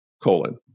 colon